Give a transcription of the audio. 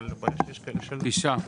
תשעה,